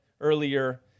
earlier